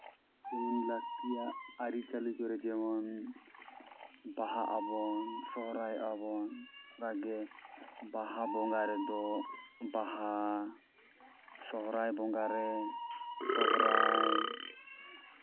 ᱡᱮᱢᱚᱱ ᱞᱟᱹᱠᱛᱤᱭᱟᱜ ᱟᱹᱨᱤᱪᱟᱹᱞᱤ ᱠᱚᱨᱮ ᱡᱮᱢᱚᱱ ᱵᱟᱦᱟᱜ ᱟᱵᱚᱱ ᱥᱚᱦᱚᱨᱟᱭᱚᱜᱼᱟ ᱵᱚᱱ ᱚᱱᱠᱟᱜᱮ ᱵᱟᱦᱟ ᱵᱚᱸᱜᱟ ᱨᱮᱫᱚ ᱵᱟᱦᱟ ᱥᱚᱦᱚᱨᱟᱭ ᱵᱚᱸᱜᱟᱨᱮ ᱥᱚᱦᱚᱨᱟᱭ